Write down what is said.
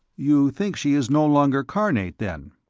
you think she is no longer carnate, then?